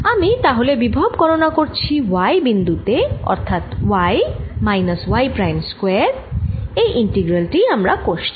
আমি তাহলে বিভব গণনা করছি y বিন্দু তে অর্থাৎ y minus y prime square এই ইন্টিগ্রাল টি আমরা কষছি